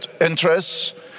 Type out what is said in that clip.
interests